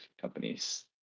companies